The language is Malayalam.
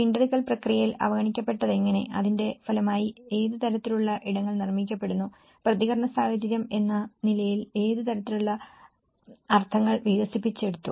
വീണ്ടെടുക്കൽ പ്രക്രിയയിൽ അവഗണിക്കപ്പെട്ടതെങ്ങനെ അതിന്റെ ഫലമായി ഏത് തരത്തിലുള്ള ഇടങ്ങൾ നിർമ്മിക്കപ്പെടുന്നു പ്രതികരണ സാഹചര്യം എന്ന നിലയിൽ ഏത് തരത്തിലുള്ള അർത്ഥങ്ങൾ വികസിപ്പിച്ചെടുത്തു